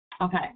Okay